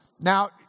now